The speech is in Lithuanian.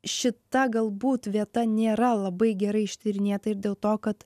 šita galbūt vieta nėra labai gerai ištyrinėta ir dėl to kad